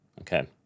Okay